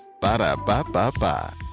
Ba-da-ba-ba-ba